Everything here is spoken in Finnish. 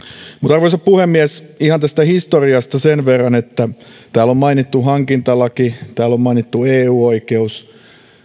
arvoisa puhemies ihan tästä historiasta sen verran että täällä on mainittu hankintalaki täällä on mainittu eu oikeus